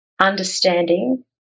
understanding